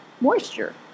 moisture